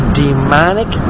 demonic